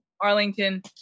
Arlington